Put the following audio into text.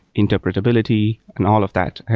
interpretability and all of that.